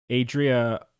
Adria